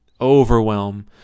overwhelm